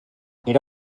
era